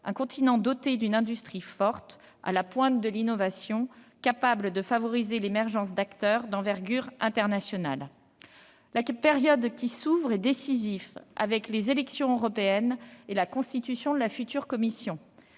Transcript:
un continent doté d'une industrie forte, à la pointe de l'innovation, capable de favoriser l'émergence d'acteurs d'envergure internationale. Avec les élections européennes et la constitution de la future Commission,